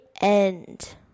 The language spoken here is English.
end